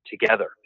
together